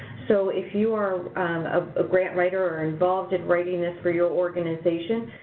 so if you are a grant writer or involved in writing this for your organization,